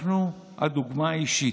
אנחנו הדוגמה האישית,